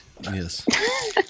Yes